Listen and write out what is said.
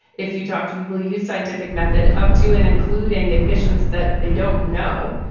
if you talk to people, use scientific method up to and including admissions that they don't know.